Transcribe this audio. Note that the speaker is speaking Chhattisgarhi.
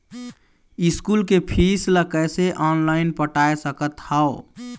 स्कूल के फीस ला कैसे ऑनलाइन पटाए सकत हव?